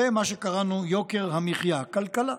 ומה שקראנו יוקר המחיה, כלכלה.